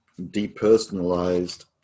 depersonalized